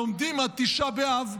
לומדים עד תשעה באב,